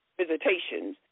visitations